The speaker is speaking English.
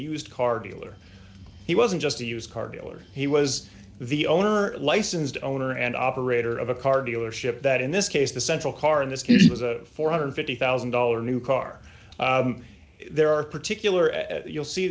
used car dealer he wasn't just a used car dealer he was the owner licensed owner and operator of a car dealership that in this case the central car in this case was a four hundred and fifty thousand dollars new car there are particular and you'll see